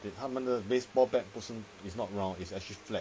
他们的 baseball bat 不是 is not round is actually flat